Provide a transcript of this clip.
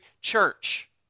church